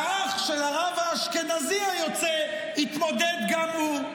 והאח של הרב האשכנזי היוצא יתמודד גם הוא.